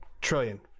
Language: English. Trillion